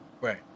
Right